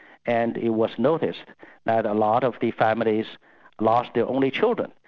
and it was noticed that a lot of the families lost their only children.